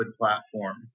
platform